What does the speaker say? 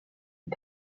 ont